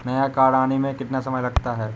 नया कार्ड आने में कितना समय लगता है?